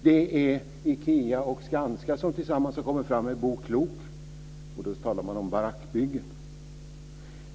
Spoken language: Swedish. Det är Ikea och Skanska som tillsammans har skapat Bo Klok - och då talas det om barackbyggen!